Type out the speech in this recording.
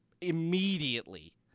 immediately